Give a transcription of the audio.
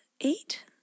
eight